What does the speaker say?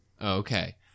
Okay